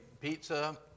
pizza